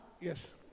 yes